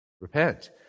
Repent